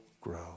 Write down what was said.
grow